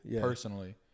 personally